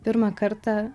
pirmą kartą